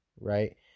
right